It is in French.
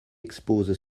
expose